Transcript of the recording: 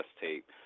tape